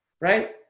right